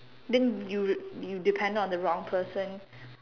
then you you depended on the wrong person